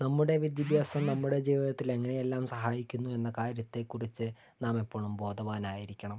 നമ്മുടെ വിദ്യാഭ്യാസം നമ്മുടെ ജീവിതത്തിൽ എങ്ങനെയെല്ലാം സഹായിക്കുന്നു എന്ന കാര്യത്തെക്കുറിച്ച് നാം എപ്പോഴും ബോധവാനായിരിക്കണം